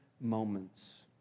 moments